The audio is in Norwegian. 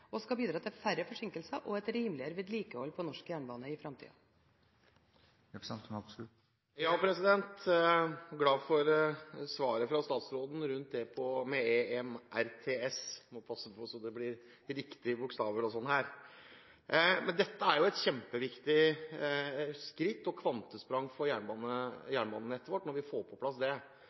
og som skal bidra til færre forsinkelser og et rimeligere vedlikehold på norsk jernbane i framtiden. Jeg er glad for svaret fra statsråden om ERTMS – en må passe på at det blir riktige bokstaver her. Det er et kjempeviktig skritt, et kvantesprang, for jernbanenettet vårt når vi får det på plass. Vi vet at det